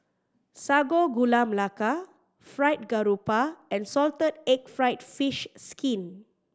Sago Gula Melaka Fried Garoupa and salted egg fried fish skin